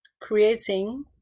creating